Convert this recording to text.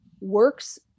works